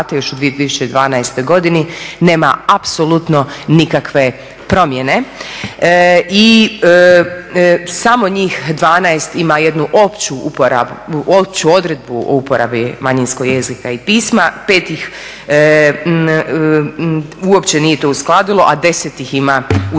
još u 2012. godini nema apsolutno nikakve promjene. I samo njih 12 ima jednu opću uporabu, opću odredbu o uporabi manjinskog jezika i pisma, 5 ih uopće nije to uskladilo a 10 ih ima usklađen